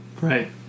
Right